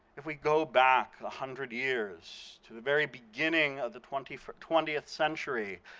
if we go back a hundred years to the very beginning of the twentieth twentieth century,